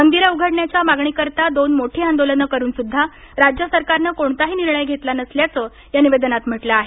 मंदिरं उघडण्याच्या मागणीकरता दोन मोठी आंदोलनं करुन सुद्धा राज्य सरकारनं कोणताही निर्णय घेतला नसल्याचं या निवेदनात म्हटलं आहे